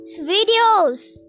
videos